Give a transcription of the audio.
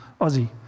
Ozzy